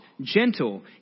gentle